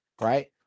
right